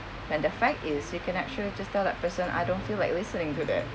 and the fact is you can actually just tell that person I don't feel like listening to that